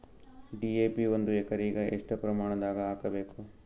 DAP ಒಂದು ಎಕರಿಗ ಎಷ್ಟ ಪ್ರಮಾಣದಾಗ ಹಾಕಬೇಕು?